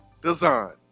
Design